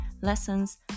lessons